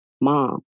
mom